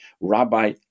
rabbi